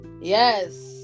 yes